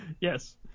yes